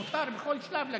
מותר בכל שלב להגיד.